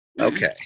okay